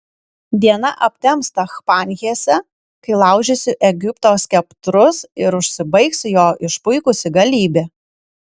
diena aptems tachpanhese kai laužysiu egipto skeptrus ir užsibaigs jo išpuikusi galybė